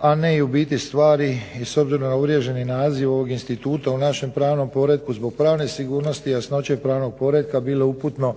a ne i u biti stvari i s obzirom na uvriježeni naziv ovog instituta u našem pravnom poretku zbog pravne sigurnosti, jasnoće i pravnog poretka bilo uputno